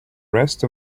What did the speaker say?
rest